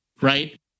right